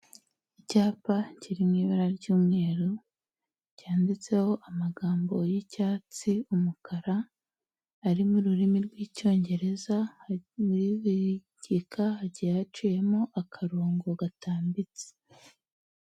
Icyapa kiri mu ibara ry'umweru cyanditseho amagambo y'icyatsi, umukara, ari mu ururimi rw'icyongereza, muri buri gika hagiye haciyemo akarongo gatambitse.